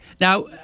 Now